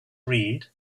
read